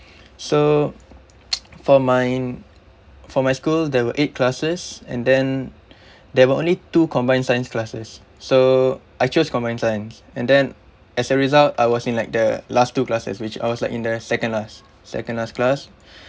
so for mine for my school there were eight classes and then there were only two combined science classes so I chose combined science and then as a result I was in like the last two classes which I was like in the second last second last class